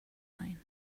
mine